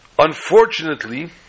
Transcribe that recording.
Unfortunately